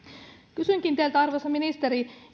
kysynkin teiltä arvoisa ministeri